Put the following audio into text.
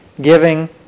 giving